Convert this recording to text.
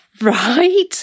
right